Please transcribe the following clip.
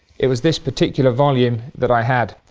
it was this particular volume that i had.